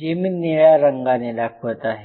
जे मी निळ्या रंगाने दाखवले आहे